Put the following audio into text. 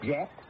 Jack